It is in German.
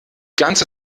ganze